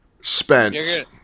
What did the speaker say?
spent